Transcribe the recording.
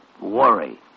worry